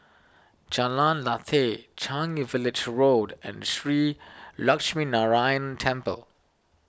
Jalan Lateh Changi Village Road and Shree Lakshminarayanan Temple